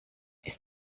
ist